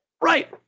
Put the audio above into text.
Right